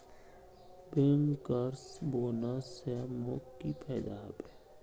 bankers bonus स मोक की फयदा हबे